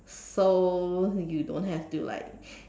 so you don't have to like